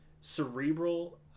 cerebral